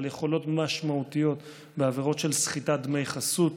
אבל יכולות משמעותיות בעבירות של סחיטת דמי חסות